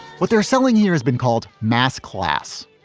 what they're selling here has been called mass class,